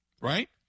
right